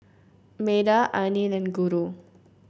Medha Anil and Guru